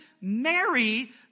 Mary